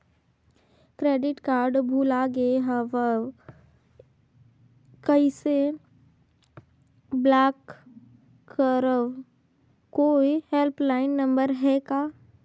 Credit card भुला गे हववं कइसे ब्लाक करव? कोई हेल्पलाइन नंबर हे का?